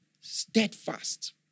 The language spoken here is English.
steadfast